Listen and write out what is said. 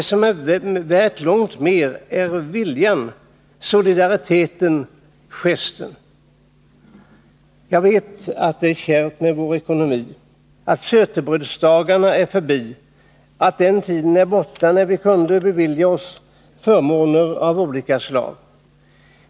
Det som är värt långt mer är viljan, solidariteten, gesten. Jag vet att det är kärvt med vår ekonomi, att sötebrödsdagarna är förbi och att den tiden är borta när vi kunde bevilja oss förmåner av olika slag.